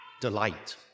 delight